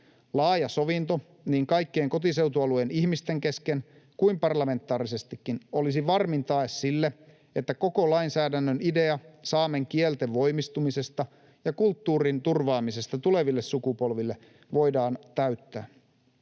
Laaja sovinto niin kaikkien kotiseutualueen ihmisten kesken kuin parlamentaarisestikin olisi varmin tae sille, että koko lainsäädännön idea saamen kielten voimistumisesta ja kulttuurin turvaamisesta tuleville sukupolville voidaan täyttää.